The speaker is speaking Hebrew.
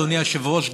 אדוני היושב-ראש,